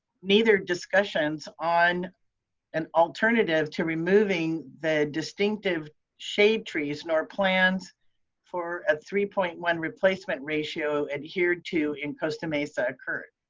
neither discussions on an alternative to removing the distinctive shade trees nor plans for a three point one replacement ratio adhered to in costa mesa occurred.